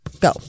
Go